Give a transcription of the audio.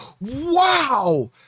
wow